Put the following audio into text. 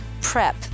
PREP